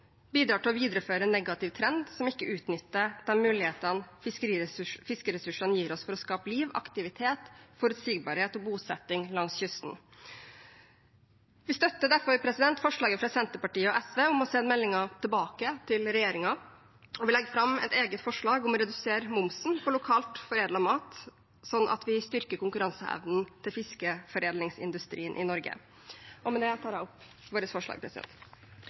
bidrar til å videreføre en negativ trend som ikke utnytter de mulighetene fiskeressursene gir oss for å skape liv, aktivitet, forutsigbarhet og bosetting langs kysten. Vi støtter derfor forslaget fra Senterpartiet og SV om å sende meldingen tilbake til regjeringen, og vi legger fram et eget forslag om å redusere momsen for lokalt foredlet sjømat, sånn at vi styrker konkurranseevnen til fiskeforedlingsindustrien i Norge. Med det tar jeg opp vårt forslag.